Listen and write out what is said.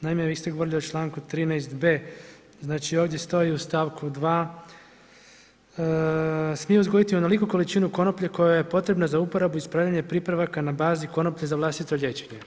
Naime, vi ste govorili o čl. 13.b, znači ovdje stoji i st. 2. smije uzgojiti onoliku količinu konoplje koja joj je potrebna za uporabu i spravljanje pripravaka na bazi konoplje za vlastito liječenje.